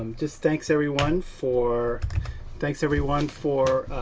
just thanks everyone for thanks everyone for